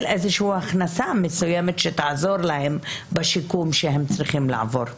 הכנסה מסוימת שתעזור להם בשיקום שהם צריכים לעבור.